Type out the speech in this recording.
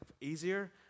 easier